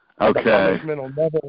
okay